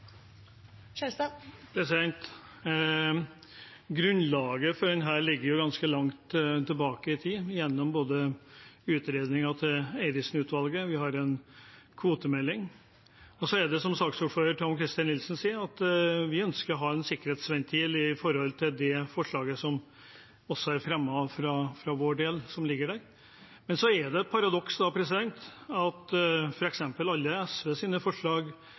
Grunnlaget for dette ligger ganske langt tilbake i tid, gjennom utredningen til Eidesen-utvalget, og vi har en kvotemelding. Så er det slik som saksordfører Tom-Christer Nilsen sier, at vi ønsker å ha en sikkerhetsventil ved det forslaget som er fremmet fra vår side, som foreligger her. Det er et paradoks at en ikke ber om en konsekvensutredning av alle SVs forslag.